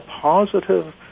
positive